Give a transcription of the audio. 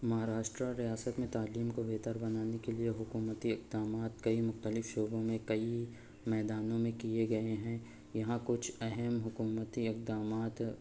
مہاراشٹر ریاست میں تعلیم کو بہتر بنانے کے لیے حکومتی اقدامات کئی مختلف شعبوں میں کئی میدانوں میں کیے گئے ہیں یہاں کچھ اہم حکومتی اقدامات